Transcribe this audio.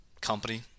company